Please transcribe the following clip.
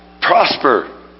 prosper